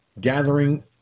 gathering